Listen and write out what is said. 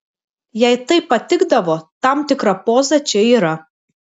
jai taip patikdavo tam tikra poza čia yra